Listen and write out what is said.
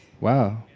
Wow